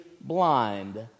blind